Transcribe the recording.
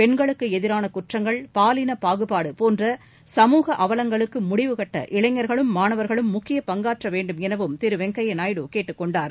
பெண்களுக்குஎதிரானகுற்றங்கள் எழுத்தறிவின்மை பாலினபாகுபாடுபோன்ற சமூக அவலங்களுக்குழுடிவு கட்ட இளைஞா்களும் மாணவா்களும் முக்கிய பங்காற்றவேண்டுமெனவும் திருவெங்கய்யாநாயுடு கேட்டுக் கொண்டார்